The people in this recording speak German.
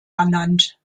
ernannt